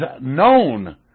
known